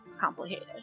complicated